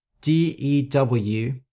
D-E-W